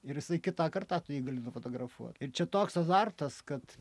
ir jisai kitą kartą tu jį gali nufotografuot ir čia toks azartas kad